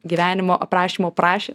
gyvenimo aprašymo prašė